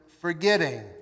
forgetting